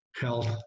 health